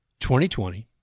2020